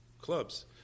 clubs